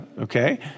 okay